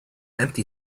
empty